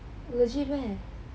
legit meh